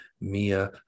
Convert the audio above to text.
Mia